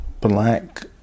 Black